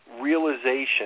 realization